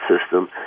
system